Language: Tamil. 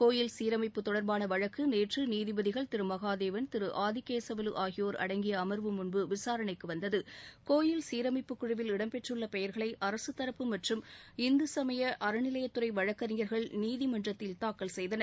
கோயில் சீரமைப்பு தொடர்பான வழக்கு நேற்று நீதிபதிகள் திரு மகாதேவன் திரு ஆதிகேசவலு ஆகியோர் அடங்கிய அமர்வு முன்பு விசாரணைக்கு வந்தது கோயில் சீரமைப்புக்குழுவில் இடம்பெற்றுள்ள பெயர்களை அரசுத் தரப்பு மற்றம் இந்து சுமய அறநிலையத்துறை வழக்கறிஞர்கள் நீதிமன்றத்தில் தாக்கல் செய்தனர்